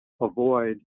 avoid